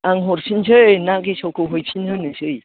आं हरफिनसै ना गेसावखो हैफिनसै